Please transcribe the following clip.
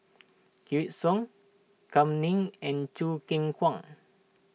Wykidd Song Kam Ning and Choo Keng Kwang